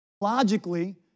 logically